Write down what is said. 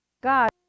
God